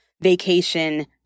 vacation